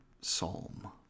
psalm